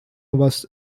was